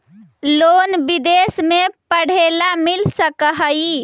Loan विदेश में पढ़ेला मिल सक हइ?